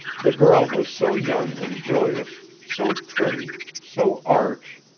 the girl was so young and joyous, so pretty, so arch,